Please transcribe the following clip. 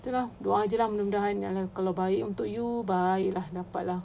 tu lah doa jer lah mudah-mudahan kalau baik untuk you baik lah dapat lah